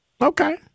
Okay